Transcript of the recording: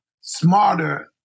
smarter